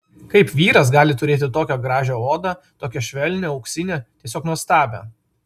kaip vyras gali turėti tokią gražią odą tokią švelnią auksinę tiesiog nuostabią